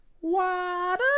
Water